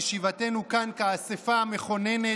בישיבתנו כאן כאספה המכוננת,